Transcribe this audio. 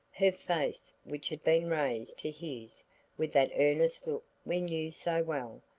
her face which had been raised to his with that earnest look we knew so well,